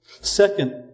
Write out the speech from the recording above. Second